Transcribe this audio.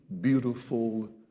beautiful